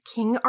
King